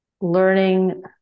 learning